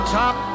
top